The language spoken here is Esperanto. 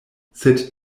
sed